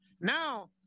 Now